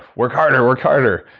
work harder. work harder.